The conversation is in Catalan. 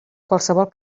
qualsevol